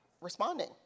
responding